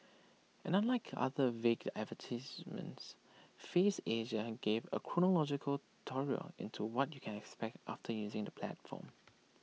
and unlike other vague advertisements Faves Asia gave A chronological tutorial into what you can expect after using the platform